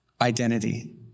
identity